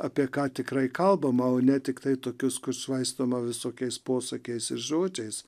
apie ką tikrai kalbama o ne tiktai tokius kur švaistoma visokiais posakiais ir žodžiais